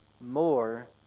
more